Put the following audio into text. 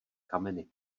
kameny